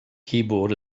keyboard